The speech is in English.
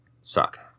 suck